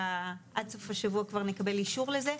שעד סוף השבוע כבר נקבל אישור לזה.